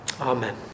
Amen